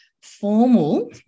formal